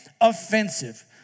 offensive